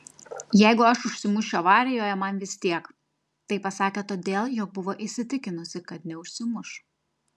jeigu aš užsimušiu avarijoje man vis tiek tai pasakė todėl jog buvo įsitikinusi kad neužsimuš